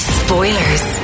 spoilers